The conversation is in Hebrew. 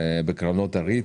בקרנות הריט,